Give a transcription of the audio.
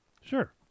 Sure